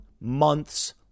months